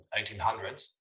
1800s